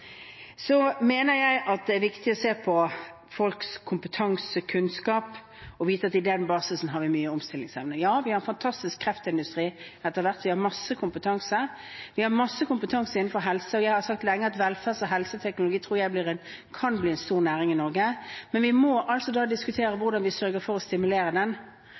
mener at det er viktig å se på folks kompetansekunnskap og vite at på den basis har vi stor omstillingsevne. Vi har etter hvert fått en fantastisk kreftindustri – vi har mye kompetanse. Vi har mye kompetanse innenfor helse. Jeg har lenge sagt at velferds- og helseteknologi tror jeg kan bli en stor næring i Norge, men vi må diskutere hvordan vi sørger for å stimulere den.